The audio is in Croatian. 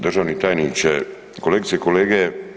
Državni tajniče, kolegice i kolege.